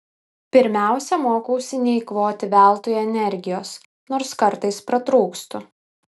pirmiausia mokausi neeikvoti veltui energijos nors kartais pratrūkstu